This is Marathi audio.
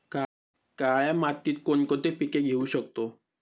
काळ्या मातीत कोणकोणती पिके घेऊ शकतो?